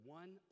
one